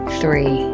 three